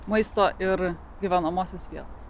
maisto ir gyvenamosios vietos